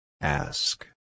Ask